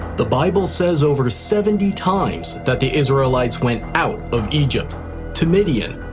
the bible says over seventy times that the israelites went out of egypt to midian,